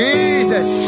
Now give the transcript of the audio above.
Jesus